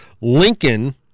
Lincoln